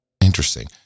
interesting